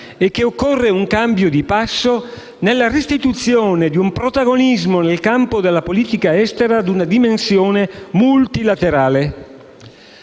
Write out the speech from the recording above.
e che occorre un cambio di passo, il recupero di un protagonismo nel campo della politica estera in una dimensione multilaterale.